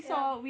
ya